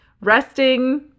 Resting